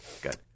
good